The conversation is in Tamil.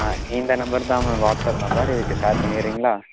ஆ இந்த நம்பர் தான் மேம் வாட்ஸ்ஆப் நம்பர் இதுக்கு ஷேர் பண்ணிறிங்களா